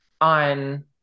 on